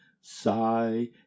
sigh